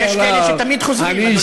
יש כאלה שתמיד חוזרים, אדוני היושב-ראש.